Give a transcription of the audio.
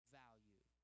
value